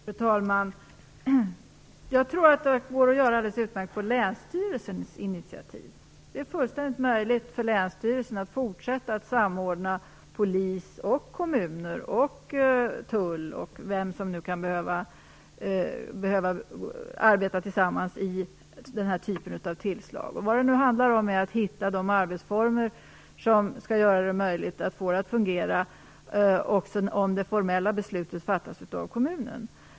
Fru talman! Jag tror att det går alldeles utmärkt att göra detta på länsstyrelsens initiativ. Det är helt möjligt för länsstyrelserna att fortsätta med att samordna polis, kommuner och andra som kan behöva arbeta gemensamt i den här typen av tillslag. Det handlar om att hitta arbetsformer som gör det möjligt att få detta att fungera, också om formellt beslut fattas av kommunen.